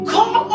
Call